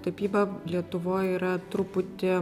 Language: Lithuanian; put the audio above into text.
tapyba lietuvoj yra truputį